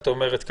את אומרת: